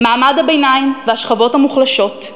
מעמד הביניים והשכבות המוחלשות,